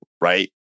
right